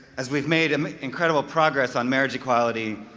as we've made um incredible progress on marriage equality,